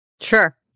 Sure